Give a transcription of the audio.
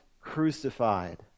crucified